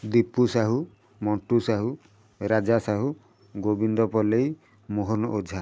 Dipu Sahu Montu Sahu Raja Sahu Gobinda Palei Mohan Ojha